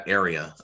area